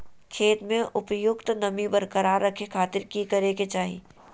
खेत में उपयुक्त नमी बरकरार रखे खातिर की करे के चाही?